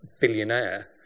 billionaire